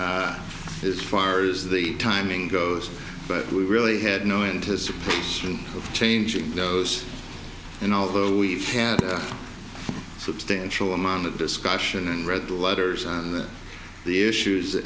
this far as the timing goes but we really had no anticipation of changing those and although we've had a substantial amount of discussion and read the letters and the issues